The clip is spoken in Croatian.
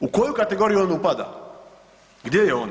U koju kategoriju on upada, gdje je on?